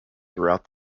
throughout